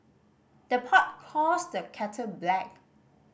the pot calls the kettle black